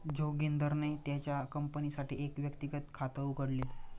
जोगिंदरने त्याच्या कंपनीसाठी एक व्यक्तिगत खात उघडले